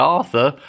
Arthur